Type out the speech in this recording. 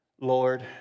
Lord